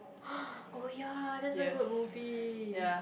oh ya that's a good movie